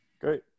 Great